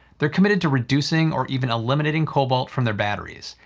they're committed to reducing or even eliminating cobalt from their batteries,